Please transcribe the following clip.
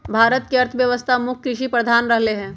भारत के अर्थव्यवस्था मुख्य कृषि प्रधान रहलै ह